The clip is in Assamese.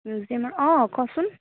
অঁ ক'চোন